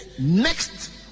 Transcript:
next